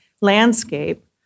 landscape